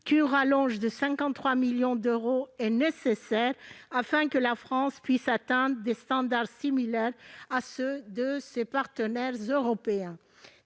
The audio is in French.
qu'une rallonge de 53 millions d'euros est nécessaire, afin que la France puisse atteindre des standards similaires à ceux de ses partenaires européens.